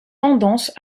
tendance